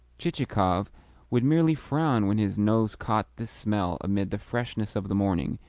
chichikov would merely frown when his nose caught this smell amid the freshness of the morning,